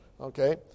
Okay